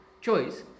choice